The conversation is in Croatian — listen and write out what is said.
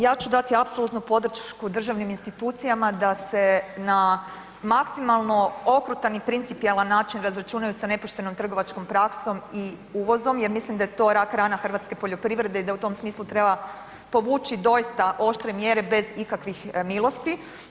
Ja ću dati apsolutnu podršku državnim institucijama da se na maksimalno okrutan i principijelan način razračunaju sa nepoštenom trgovačkom praksom i uvozom jer mislim da je to rak rana hrvatske poljoprivrede i da u tom smislu treba povući doista oštre mjere bez ikakvih milosti.